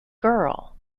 girl